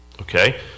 Okay